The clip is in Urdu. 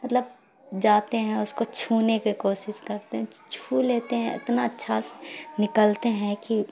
مطلب جاتے ہیں اس کو چھونے کے کوشش کرتے ہیں چھو لیتے ہیں اتنا اچھا نکلتے ہیں کہ